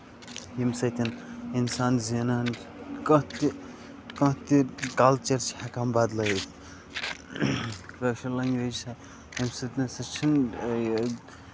ییٚمہِ سۭتۍ اِنسان زینان چھُ کانہہ تہِ کانہہ تہِ کَلچر چھِ ہٮ۪کان بَدلٲوِتھ کٲشِر لینگویج چھےٚ اَمہِ سۭتۍ نسا چھُنہٕ یہِ